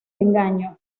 engaño